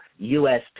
USP